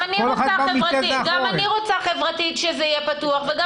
גם אני רוצה חברתית שזה יהיה פתוח וגם